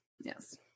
Yes